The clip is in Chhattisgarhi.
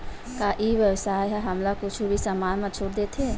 का ई व्यवसाय ह हमला कुछु भी समान मा छुट देथे?